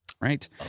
right